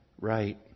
right